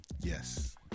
Yes